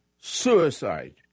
Suicide